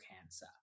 cancer